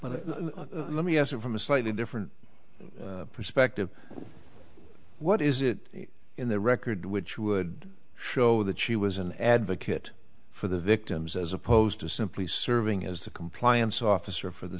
but let me ask you from a slightly different perspective what is it in the record which would show that she was an advocate for the victims as opposed to simply serving as the compliance officer for the